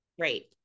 great